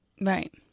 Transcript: right